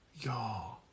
Y'all